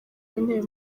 w’intebe